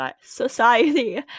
society